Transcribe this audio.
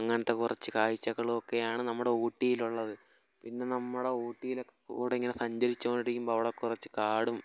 അങ്ങനത്തെ കുറച്ച് കാഴ്ചകളും ഒക്കെയാണ് നമ്മുടെ ഊട്ടിയിലുള്ളത് പിന്നെ നമ്മുടെ ഊട്ടിയിലൊക്കെ കൂടെയിങ്ങനെ സഞ്ചരിച്ച് കൊണ്ടിരിക്കുമ്പോൾ അവിടെ കുറച്ച് കാടും